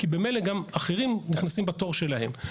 כי ממילא גם אחרים נכנסים בתור שלהם.